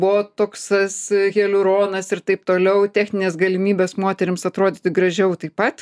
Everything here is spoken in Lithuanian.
botoksas hialiuronas ir taip toliau techninės galimybės moterims atrodyti gražiau taip pat